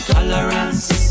Tolerance